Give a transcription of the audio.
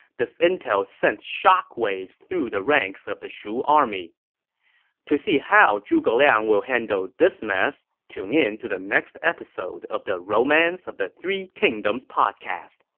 this intel sent shockwaves through the ranks of the shu army to see how zhuge liang will handle this mess, tune in to the next episode of the romance of the three kingdoms podcast.